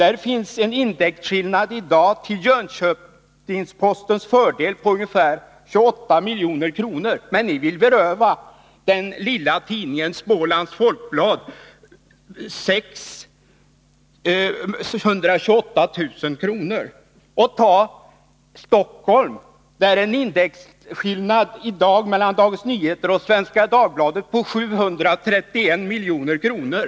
Där finns det i dag en intäktskillnad till Jönköpings Postens fördel på ungefär 28 milj.kr., men moderaterna vill beröva den svagare tidningen Smålands Folkblad 128 000 kr. Och ta Stockholm, där det i dag finns en intäktskillnad mellan Dagens Nyheter och Svenska Dagbladet på 731 milj.kr.